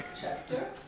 chapter